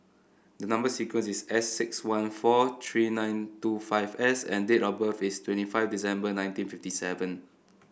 the number sequence is S six one four three nine two five S and date of birth is twenty five December nineteen fifty seven